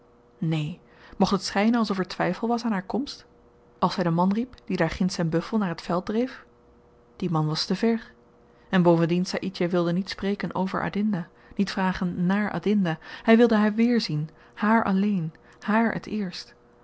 neen mocht het schynen alsof er twyfel was aan haar komst als hy den man riep die daarginds zyn buffel naar t veld dreef die man was te ver en bovendien saïdjah wilde niet spreken over adinda niet vragen naar adinda hy wilde haar weerzien hààr alleen hààr het eerst